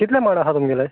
कितले माड आसा तुमगेले